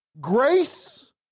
grace